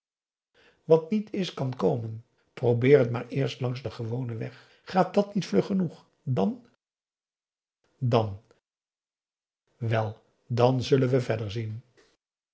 wat niet is kan komen probeer het maar eerst langs den gewonen weg gaat dat niet vlug genoeg dan dan wel dan zullen we verder zien